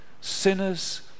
sinners